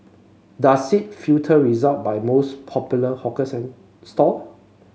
does it filter result by most popular hawker stall